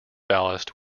ballast